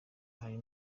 hari